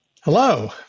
Hello